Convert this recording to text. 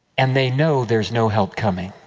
and they know there is no help coming.